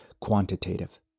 quantitative